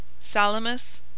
Salamis